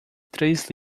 três